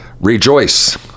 Rejoice